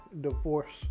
divorce